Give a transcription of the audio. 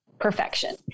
perfection